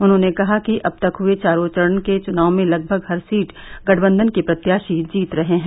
उन्होंने कहा कि अब तक हुये चारो चरण के चुनाव में लगभग हर सीट गठबंधन के प्रत्याषी जीत रहे हैं